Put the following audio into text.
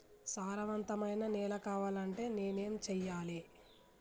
సారవంతమైన నేల కావాలంటే నేను ఏం చెయ్యాలే?